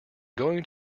going